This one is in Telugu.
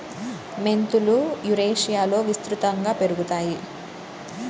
మెంతులు యురేషియాలో విస్తృతంగా పెరుగుతాయి